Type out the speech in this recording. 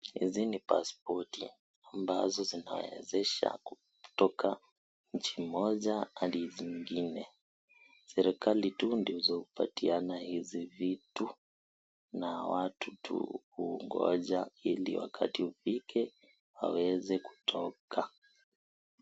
Hizi ni pasipoti ambazo zinaezesha kutoka nchi moja hadi zingine, serikali tu ndizo hupatiana hizi vitu na watu tu hungoja ili wakati ufike waweze kutoka.